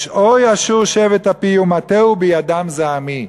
הוי אשור שבט אפי ומטה הוא בידם זעמי.